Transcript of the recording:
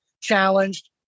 challenged